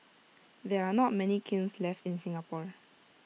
there are not many kilns left in Singapore